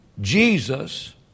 Jesus